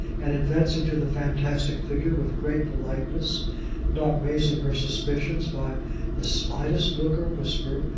and advancing to the fantastic figure with great politeness not raising her suspicions by the slightest look or whisper,